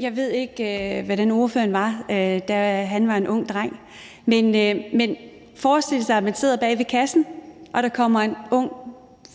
Jeg ved ikke, hvordan ordføreren var, da han var en ung dreng, men ordføreren kan jo forestille sig, at han sad bag kassen, og at der kom en ung,